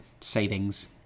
savings